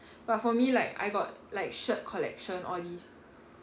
but for me like I got like shirt collection all these